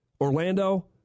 Orlando